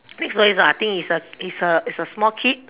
next one is a I think is a is a is a small kid